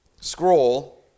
scroll